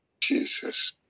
Jesus